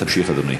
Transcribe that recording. תמשיך, אדוני.